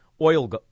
oil